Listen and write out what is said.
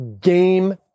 game